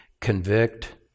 convict